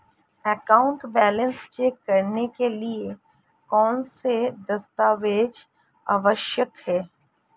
Account balance check करने के लिए कौनसे दस्तावेज़ आवश्यक हैं?